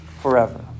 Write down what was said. forever